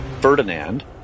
Ferdinand